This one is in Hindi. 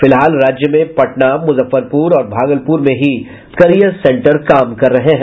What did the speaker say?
फिलहाल राज्य में पटना मुजफ्फरपुर और भागलपुर में ही करियर सेंटर है